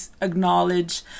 acknowledge